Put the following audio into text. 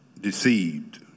deceived